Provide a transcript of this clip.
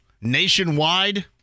nationwide